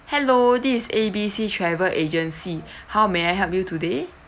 hello this is A B C travel agency how may I help you today